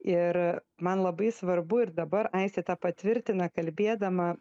ir man labai svarbu ir dabar aistė tą patvirtina kalbėdama